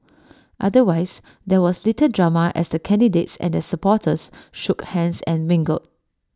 otherwise there was little drama as the candidates and their supporters shook hands and mingled